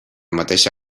mateixa